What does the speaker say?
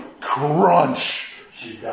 crunch